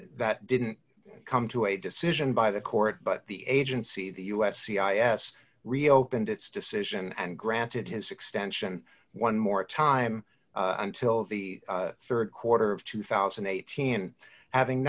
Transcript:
that didn't come to a decision by the court but the agency the u s c i s reopened its decision and granted his extension one more time until the rd quarter of two thousand and eighteen having